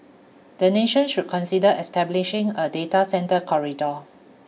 the nation should consider establishing a data centre corridor